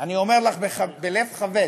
אני אומר לך בלב כבד,